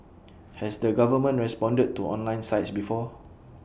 has the government responded to online sites before